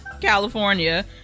california